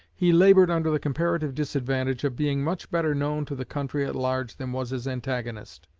he labored under the comparative disadvantage of being much better known to the country at large than was his antagonist.